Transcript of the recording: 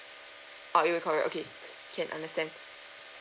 oh okay can understand